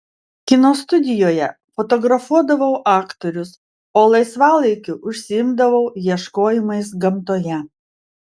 kino studijoje fotografuodavau aktorius o laisvalaikiu užsiimdavau ieškojimais gamtoje